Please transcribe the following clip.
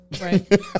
Right